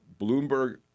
Bloomberg